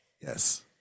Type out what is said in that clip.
Yes